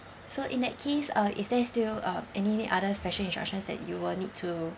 so in that case uh is there still uh any other special instructions that you will need to